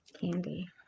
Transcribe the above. Candy